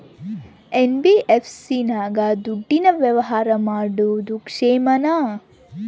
NBFC ನಾಗ ದುಡ್ಡಿನ ವ್ಯವಹಾರ ಮಾಡೋದು ಕ್ಷೇಮಾನ?